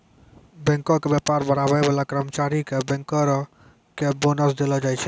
बैंको के व्यापार बढ़ाबै बाला कर्मचारी के बैंकरो के बोनस देलो जाय छै